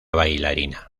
bailarina